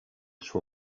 suo